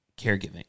caregiving